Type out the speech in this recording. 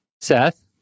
Seth